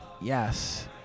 Yes